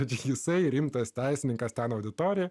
bet jisai rimtas teisininkas ten auditorijoje